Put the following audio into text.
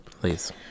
Please